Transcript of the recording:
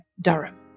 durham